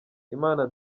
imana